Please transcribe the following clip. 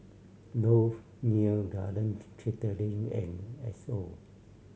Dove Neo Garden Catering and Asos